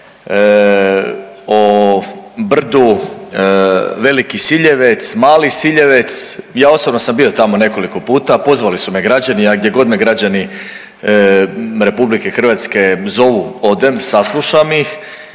o brdu Veliki Siljevec, Mali Siljevec. Ja osobno sam bio tamo nekoliko puta, pozvali su me građani, a gdje god me građani RH zovu odem, saslušam ih